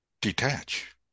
detach